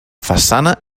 façana